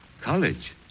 College